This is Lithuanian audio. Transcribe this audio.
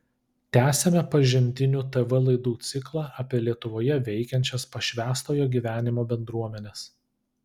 tęsiame pažintinių tv laidų ciklą apie lietuvoje veikiančias pašvęstojo gyvenimo bendruomenes